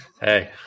Hey